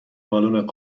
بالن